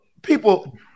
People